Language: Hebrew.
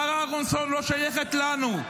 שרה אהרונסון לא שייכת לנו.